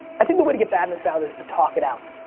i think the way to get badness out is to talk it out.